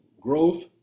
growth